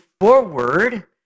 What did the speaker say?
forward